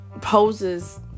poses